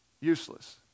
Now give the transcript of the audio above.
Useless